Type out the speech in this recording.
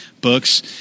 books